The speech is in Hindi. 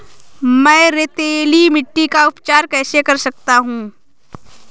मैं रेतीली मिट्टी का उपचार कैसे कर सकता हूँ?